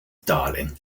darling